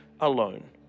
alone